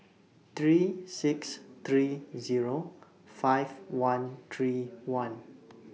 three six three Zero five one three one